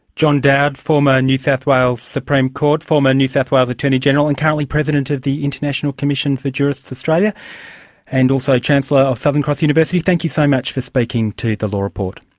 john dowd, former new south wales supreme court, former new south wales attorney general and currently president of the international commission for jurists australia and also chancellor of southern cross university. thank you so much for speaking to the law report.